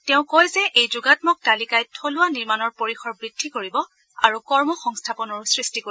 তেওঁ কয় যে এই যোগাম্মক তালিকাই থলুৱা নিৰ্মণৰ পৰিসৰ বৃদ্ধি কৰিব আৰু কৰ্ম সংস্থাপনৰো সৃষ্টি কৰিব